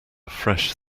fresh